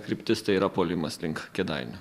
kryptis tai yra puolimas link kėdainių